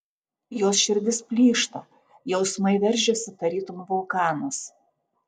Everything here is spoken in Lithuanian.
jos širdis plyšta jausmai veržiasi tarytum vulkanas